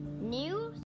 News